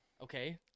Okay